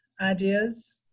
ideas